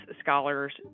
scholars